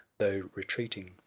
though retreating,